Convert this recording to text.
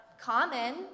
common